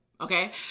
Okay